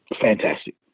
fantastic